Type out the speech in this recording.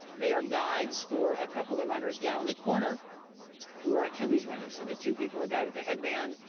they are guides for a couple of the runners down in the corner who are achilles runners. so the two people, the guy with the headband,